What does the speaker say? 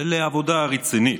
לעבודה רצינית.